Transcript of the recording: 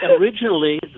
Originally